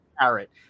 carrot